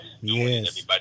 Yes